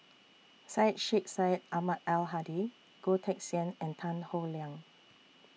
Syed Sheikh Syed Ahmad Al Hadi Goh Teck Sian and Tan Howe Liang